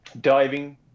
diving